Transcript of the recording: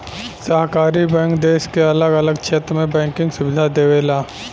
सहकारी बैंक देश के अलग अलग क्षेत्र में बैंकिंग सुविधा देवेला